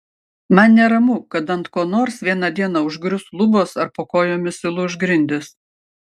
man neramu kad ant ko nors vieną dieną užgrius lubos ar po kojomis įlūš grindys